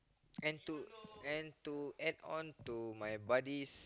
and to and to add on to my buddy's